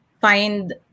find